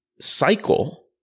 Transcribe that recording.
cycle